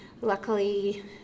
luckily